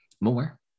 More